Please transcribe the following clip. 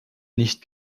nicht